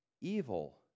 evil